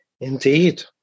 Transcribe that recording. Indeed